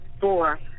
four